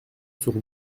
sur